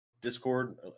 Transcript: discord